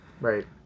Right